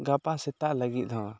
ᱜᱟᱯᱟ ᱥᱮᱛᱟᱜ ᱞᱟᱹᱜᱤᱫ ᱦᱚᱸ